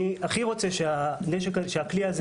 אני הכי רוצה שהכלי הזה,